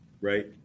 Right